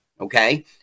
Okay